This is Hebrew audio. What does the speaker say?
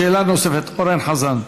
שאלה נוספת, אורן חזן,